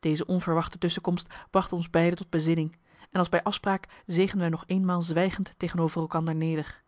deze onverwachte tusschenkomst bracht ons beiden tot bezinning en als bij afspraak zegen wij nog eenmaal zwijgend tegenover elkander neder